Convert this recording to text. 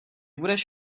budeš